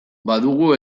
badugu